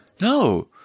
No